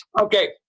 Okay